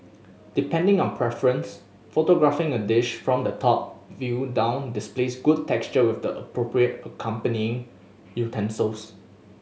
depending on preference photographing a dish from the top view down displays good texture with the appropriate accompanying utensils